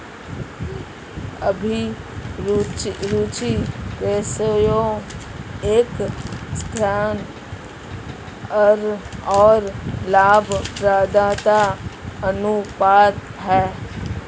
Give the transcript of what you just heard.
अभिरुचि रेश्यो एक ऋण और लाभप्रदता अनुपात है